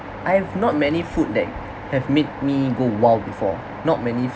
I have not many food that have made me go !wow! before not many